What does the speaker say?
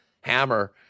Hammer